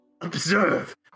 Observe